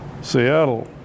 Seattle